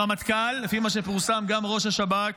הרמטכ"ל, לפי מה שפורסם גם ראש השב"כ